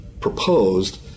proposed